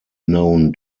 known